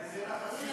אולי זה לחץ פיזי מתון?